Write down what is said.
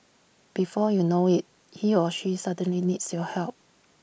before you know IT he or she suddenly needs your help